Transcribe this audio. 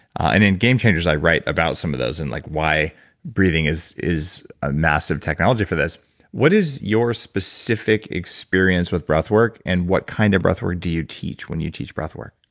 and in game changers, i write about some of those and like why breathing is is a massive technology for this what is your specific experience with breath work, and what kind of breath work do you teach when you teach breath work?